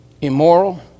immoral